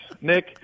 Nick